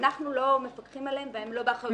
אנחנו לא מפקחים עליהן והן לא באחריות שלנו.